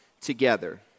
together